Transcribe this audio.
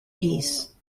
peace